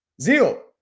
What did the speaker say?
Zeal